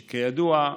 שכידוע,